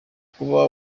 kuba